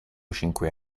cinque